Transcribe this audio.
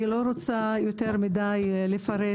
אני לא רוצה יותר מדי לפרט